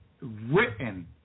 written